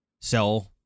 sell